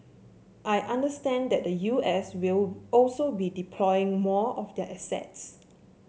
I understand that the U S will also be deploying more of their assets